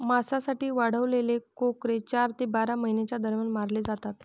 मांसासाठी वाढवलेले कोकरे चार ते बारा महिन्यांच्या दरम्यान मारले जातात